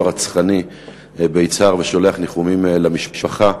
הרצחני ביצהר ושולח ניחומים למשפחה.